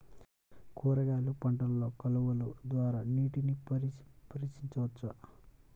కూరగాయలు పంటలలో కాలువలు ద్వారా నీటిని పరించవచ్చా?